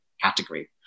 category